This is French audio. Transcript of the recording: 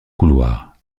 couloir